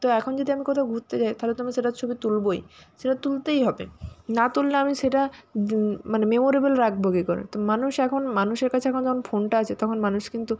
তো এখন যদি আমি কোথাও ঘুরতে যাই তাহলে তো আমি তো সেটার ছবি তুলবই সেটা তুলতেই হবে না তুললে আমি সেটা মানে মেমোরেবল রাখব কি করে তো মানুষ এখন মানুষের কাছে এখন যখন ফোনটা আছে তখন মানুষ কিন্তু